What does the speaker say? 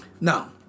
Now